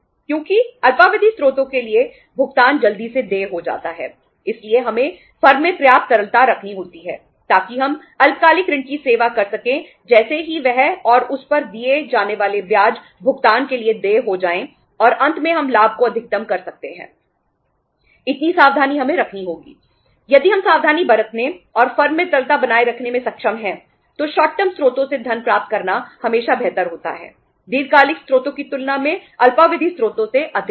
क्योंकि अल्पावधि स्रोतों के लिए भुगतान जल्दी से देय हो जाता है इसलिए हमें फर्म स्रोतों से धन प्राप्त करना हमेशा बेहतर होता है दीर्घकालिक स्रोतों की तुलना में अल्पावधि स्रोतों से अधिक धन